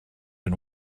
and